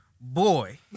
boy